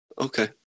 Okay